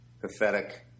pathetic